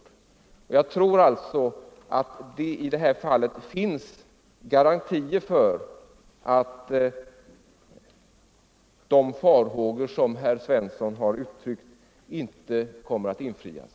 Jag tror alltså att det i det här fallet finns garantier för att de farhågor som herr Svensson har uttryckt inte kommer att besannas.